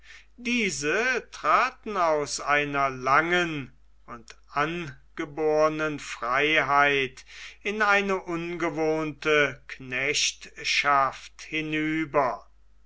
diese traten aus einer langen und angebornen freiheit in eine ungewohnte knechtschaft hinüber